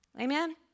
Amen